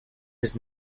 his